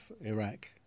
Iraq